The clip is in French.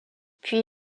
puis